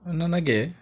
ನನಗೆ